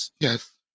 Yes